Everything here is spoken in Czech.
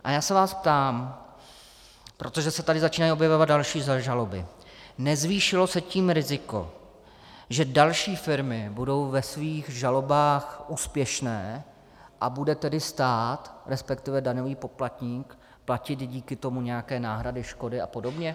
A já se vás ptám, protože se tady začínají objevovat další žaloby: Nezvýšilo se tím riziko, že další firmy budou ve svých žalobách úspěšné, a bude tedy stát, resp. daňový poplatník platit díky tomu nějaké náhrady škody a podobně?